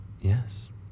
Yes